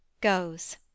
Goes